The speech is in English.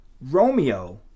Romeo